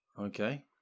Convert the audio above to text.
Okay